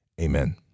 Amen